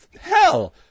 hell